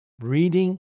reading